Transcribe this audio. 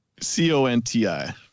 C-O-N-T-I